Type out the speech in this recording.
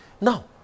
Now